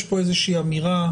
יש פה איזושהי אמירה.